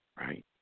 Right